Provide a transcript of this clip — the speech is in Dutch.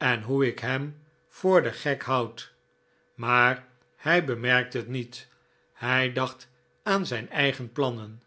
en hoe ik hem voor den gek houd maar hij bemerkte het niet hij dacht aan zijn eigen plannen